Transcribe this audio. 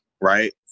right